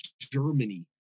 Germany